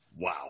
wow